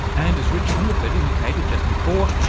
and as rich hungerford indicated just before,